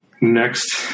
Next